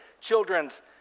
children's